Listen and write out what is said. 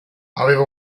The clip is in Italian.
aveva